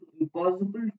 impossible